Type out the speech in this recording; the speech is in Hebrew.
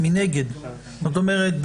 זאת אומרת,